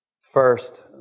first